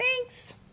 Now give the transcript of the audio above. thanks